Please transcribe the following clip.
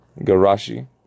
Garashi